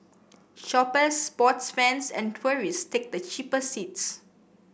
shoppers sports fans and tourists take the cheaper seats